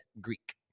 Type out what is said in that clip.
Greek